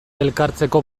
elkartzeko